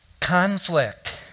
Conflict